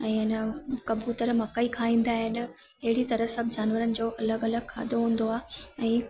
ऐं हेन कबूतर मकई खाईंदा आहिनि अहिड़ी तरह सभु जानवरनि जो अलॻि अलॻि खाधो हूंदो आहे ऐं